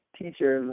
teacher